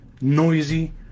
noisy